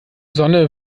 sonne